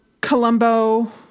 Colombo